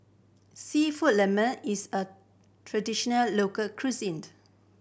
Seafood is a traditional local cuisine